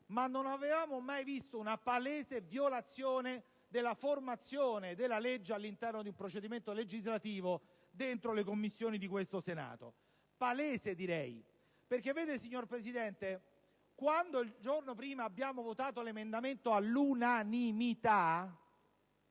ma non avevamo mai visto una palese violazione nella formazione della legge all'interno di un procedimento legislativo nelle Commissioni di questo Senato. È stata, lo ripeto, una violazione palese. Signora Presidente, quando il giorno prima abbiamo votato l'emendamento all'unanimità,